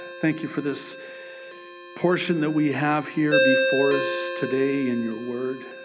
thank you for this portion that we have here before us today in your word.